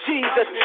Jesus